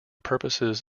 purposes